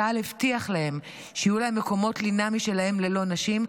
צה"ל הבטיח להם שיהיו להם מקומות לינה משלהם ללא נשים,